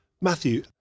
Matthew